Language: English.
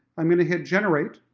i'm going to hit generate.